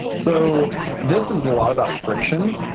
so this is a lot about friction.